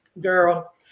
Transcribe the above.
girl